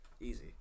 easy